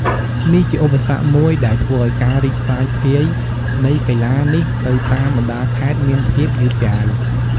នេះជាឧបសគ្គមួយដែលធ្វើឱ្យការរីកសាយភាយនៃកីឡានេះទៅតាមបណ្ដាខេត្តមានភាពយឺតយ៉ាវ។